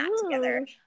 together